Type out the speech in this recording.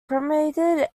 cremated